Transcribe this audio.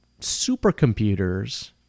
supercomputers